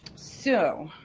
so.